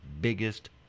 biggest